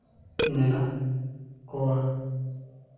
ᱢᱮᱱᱟᱜ ᱠᱚᱣᱟ